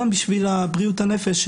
גם בשביל בריאות הנפש,